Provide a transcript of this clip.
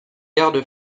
garde